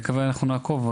אנחנו נעקוב כמובן,